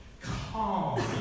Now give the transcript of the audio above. calm